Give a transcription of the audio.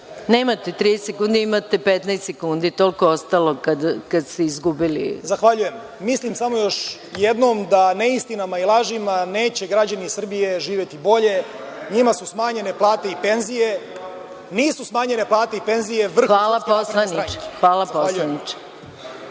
Nemate 30 sekundi, imate 15 sekundi. **Balša Božović** Zahvaljujem. Mislim samo još jednom da neistinama i lažima neće građani Srbije živeti bolje. Njima su smanjene plate i penzije, nisu smanjene plate i penzije vrhu… **Maja Gojković** Hvala poslaniče. Potpuno